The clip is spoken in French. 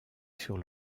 sur